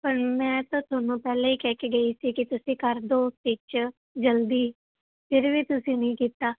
ਪਰ ਮੈਂ ਤਾਂ ਤੁਹਾਨੂੰ ਪਹਿਲਾਂ ਹੀ ਕਹਿ ਕੇ ਗਈ ਸੀ ਕਿ ਤੁਸੀਂ ਕਰ ਦਿਓ ਸਟਿਚ ਜਲਦੀ ਫਿਰ ਵੀ ਤੁਸੀਂ ਨਹੀਂ ਕੀਤਾ